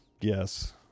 Yes